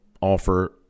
offer